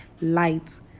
light